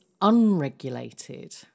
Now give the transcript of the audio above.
unregulated